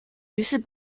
于是